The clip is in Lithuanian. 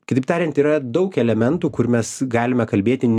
kitaip tariant yra daug elementų kur mes galime kalbėti ne